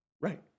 Right